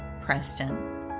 Preston